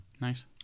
nice